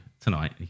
tonight